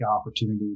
opportunity